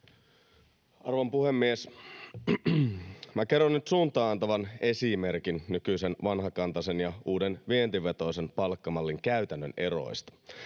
Arvon puhemies! Minä kerron nyt suuntaa antavan esimerkin nykyisen vanhakantaisen ja uuden vientivetoisen palkkamallin käytännön eroista.